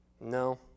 No